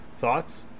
Thoughts